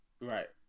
Right